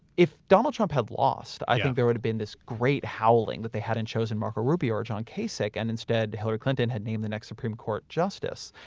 if donald trump had lost, i think there would have been this great howling that they hadn't chosen marco rubio or john casick and instead hillary clinton had named the next supreme court justice.